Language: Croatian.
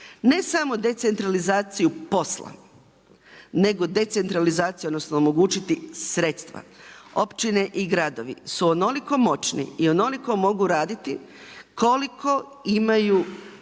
ne samo decentralizaciju posla, nego decentralizaciju, odnosno omogućiti sredstva. Općine i gradovi su onoliko moćni i onoliko mogu raditi koliko imaju dotok